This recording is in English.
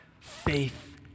faith